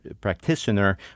practitioner